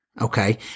Okay